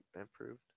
improved